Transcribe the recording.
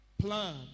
plan